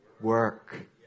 work